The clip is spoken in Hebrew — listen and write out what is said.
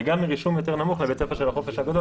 וגם מרישום יותר נמוך לבית ספר של החופש הגדול,